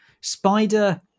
spider